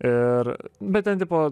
ir bet ten tipo